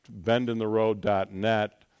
bendintheroad.net